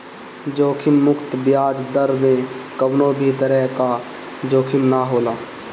जोखिम मुक्त बियाज दर में कवनो भी तरही कअ जोखिम ना होला